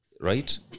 Right